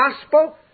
gospel